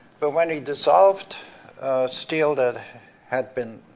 but when he dissolved steel that had been